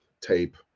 tape